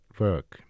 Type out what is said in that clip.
work，